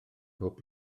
pob